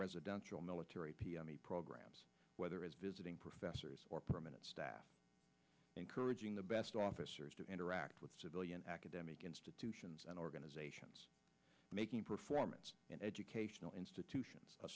residential military programs whether as visiting professors or permanent encouraging the best officers to interact with civilian academic institutions and organizations making performance in educational institutions a